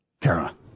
Kara